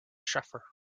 suffer